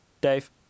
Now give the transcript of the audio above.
Dave